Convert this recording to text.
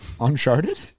Uncharted